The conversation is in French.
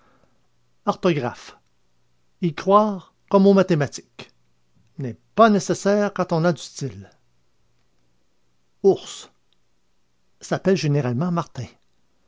orthographe y croire comme aux mathématiques n'est pas nécessaire quand on a du style ours s'appelle généralement martin